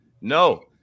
No